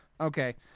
okay